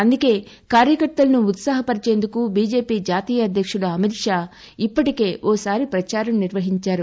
అందుకే కార్యకర్తలను ఉ త్సాహపరిచేందుకు బిజెపి జాతీయ అధ్యక్షులు అమిత్షా ఇప్పటికే ఒకసారి పచారం నిర్వహించాఉ